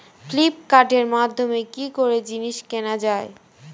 ফ্লিপকার্টের মাধ্যমে কি করে জিনিস কেনা যায়?